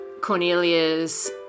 Cornelia's